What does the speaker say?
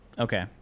Okay